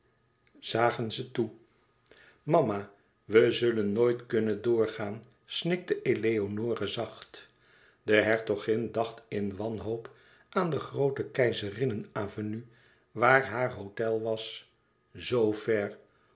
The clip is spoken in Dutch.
zagen ze toe ama we zullen nooit kunnen doorgaan snikte eleonore zacht de hertogin dacht in wanhoop aan de groote keizerinnenavenue waar haar hôtel was zoo ver